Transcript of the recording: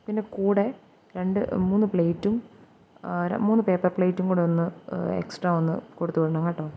പിന്നെ കൂടെ രണ്ട് മൂന്ന് പ്ലേറ്റും മൂന്ന് പേപ്പർ പ്ലേറ്റും കൂടെ ഒന്ന് എക്സ്ട്രാ ഒന്ന് കൊടുത്തുവിടണം കേട്ടോ